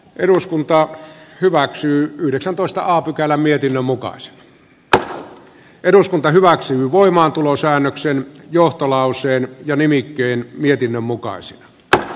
eduskunta hyväksyy yhdeksäntoista on pykälä mietinnön mukaiset ja eduskunta hyväksyy voimaantulosäännöksen johto lauseen ja nimikkeen vedän pois tämän ehdotuksen